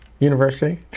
University